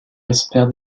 espèrent